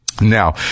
Now